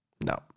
No